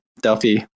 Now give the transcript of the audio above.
Delphi